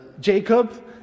Jacob